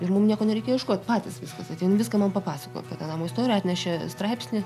ir mum nieko nereikėjo ieškot patys viskas ateina viską man papasakojo apie tą namo istoriją atnešė straipsnį